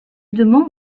demande